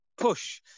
push